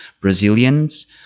Brazilians